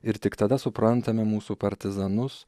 ir tik tada suprantame mūsų partizanus